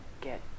get